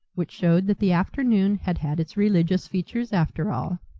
which showed that the afternoon had had its religious features after all.